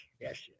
Yes